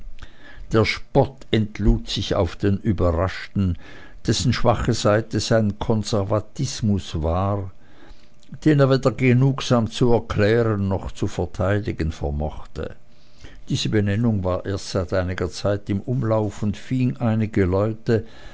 der spott entlud sich nun auf den überraschten dessen schwache seite sein konservatismus war den er weder genugsam zu erklären noch zu verteidigen vermochte diese benennung war erst seit einiger zeit im umlauf und fing einige leute